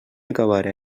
acabara